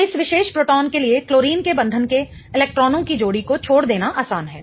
तो इस विशेष प्रोटॉन के लिए क्लोरीन के बंधन के इलेक्ट्रॉनों की जोड़ी को छोड़ देना आसान है